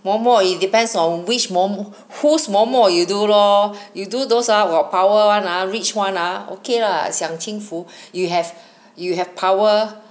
嬷嬷 it depends on which 嬷 who's 嬷嬷 you do lor you do those ah got power [one] ah rich [one] ah okay lah 享清福 you have you have power